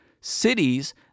cities